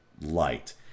light